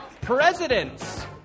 presidents